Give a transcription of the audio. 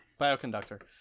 bioconductor